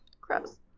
Gross